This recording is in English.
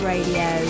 Radio